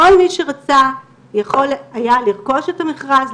כל מי שרצה יכול היה לרכוש את המכרז,